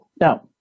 Now